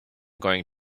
going